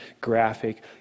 graphic